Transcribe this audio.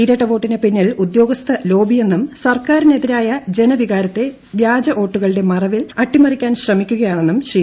ഇരട്ട വോട്ടിന് പിന്നിൽ ഉദ്യോഗസ്ഥ ലോബിയെന്നും സർക്കാരിനെതിരായ ജനവികാരത്തെ വ്യാജ വോട്ടുകളുടെ മറവിൽ അട്ടിമറിക്കാൻ ശ്രമിക്കുകയാണെന്നും ശ്രീ